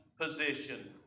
position